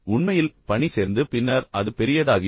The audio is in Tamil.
உண்மையில் பணி சேர்ந்து பின்னர் அது பெரியதாகிவிடும்